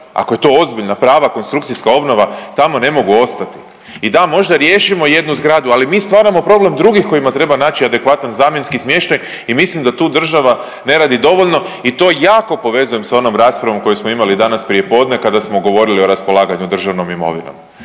ako je to ozbiljna prava konstrukcijska obnova tamo ne mogu ostati i da, možda riješimo jednu zgradu, ali mi stvaramo problem drugih kojima treba naći adekvatan zamjenski smještaj i mislim da tu država ne radi dovoljno i to jako povezujem s onom raspravom koju smo imali danas prijepodne kada smo govorili o raspolaganju državnom imovinom.